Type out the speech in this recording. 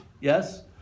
yes